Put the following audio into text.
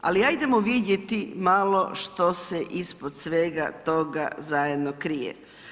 Ali ajdemo vidjeli malo što se ispod svega toga zajedno krije.